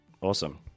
awesome